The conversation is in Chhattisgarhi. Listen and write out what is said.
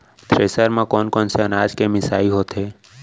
थ्रेसर म कोन कोन से अनाज के मिसाई होथे?